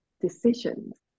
decisions